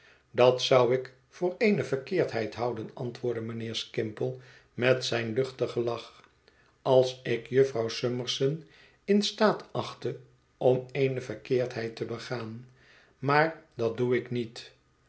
dat zou ik voor eene verkeerdheid houden antwoordde mijnheer skimple met zijn luchtigen lach als ik jufvrouw summerson in staat achtte om eene verkeerdheid te begaan maar dat doe ik niet